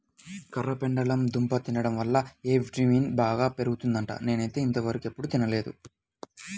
కర్రపెండలం దుంప తింటం వల్ల ఎ విటమిన్ బాగా పెరుగుద్దంట, నేనైతే ఇంతవరకెప్పుడు తినలేదు